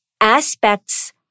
aspects